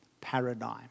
paradigm